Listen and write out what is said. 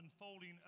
unfolding